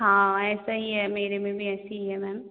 हाँ ऐसा ही है मेरे में भी ऐसे ही है मैम